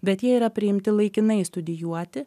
bet jie yra priimti laikinai studijuoti